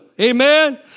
Amen